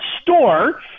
store